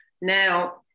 Now